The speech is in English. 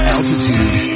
Altitude